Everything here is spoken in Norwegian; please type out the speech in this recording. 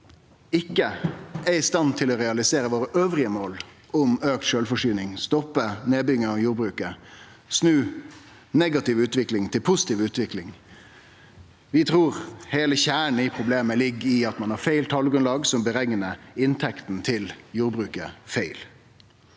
ikkje er i stand til å realisere dei andre måla våre, om å auke sjølvforsyninga, stoppe nedbygginga av jordbruket og snu ei negativ utvikling til ei positiv utvikling. Vi trur heile kjernen i problemet ligg i at ein har feil talgrunnlag, som bereknar inntektene til jordbruket feil.